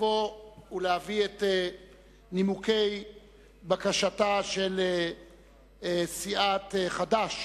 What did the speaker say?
לבוא ולהביא את נימוקי בקשתה של סיעת חד"ש